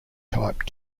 type